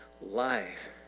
life